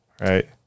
right